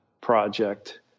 project